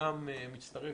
--- איזה מספרים.